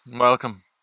Welcome